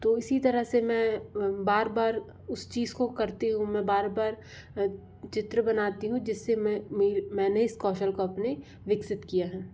तो इसी तरह से मैं बार बार उस चीज़ को करती हूँ मैं बार बार चित्र बनाती हूँ जिस से मैं मैंने इस कौशल को अपने विकसित किया है